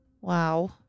wow